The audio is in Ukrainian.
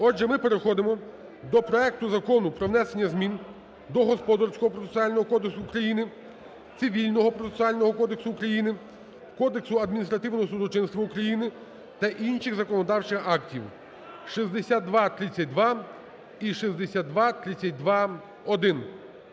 Отже, ми переходимо до проекту Закону про внесення змін до Господарського процесуального кодексу України, Цивільного процесуального кодексу України, Кодексу адміністративного судочинства України та інших законодавчих актів (6232 і 6232-1).